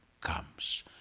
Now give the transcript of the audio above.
comes